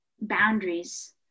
boundaries